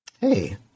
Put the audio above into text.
hey